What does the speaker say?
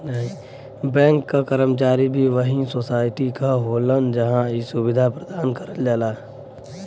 bank क कर्मचारी भी वही सोसाइटी क होलन जहां इ सुविधा प्रदान करल जाला